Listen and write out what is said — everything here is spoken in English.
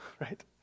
right